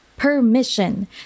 Permission